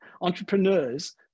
Entrepreneurs